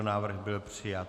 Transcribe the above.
Návrh byl přijat.